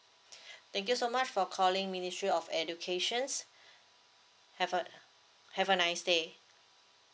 thank you so much for calling ministry of educations have a have a nice day